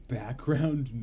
background